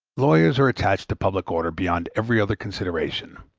lawyers are attached to public order beyond every other consideration,